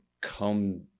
come